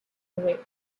away